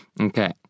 Okay